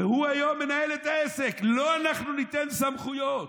והוא היום מנהל את העסק, לו אנחנו ניתן סמכויות.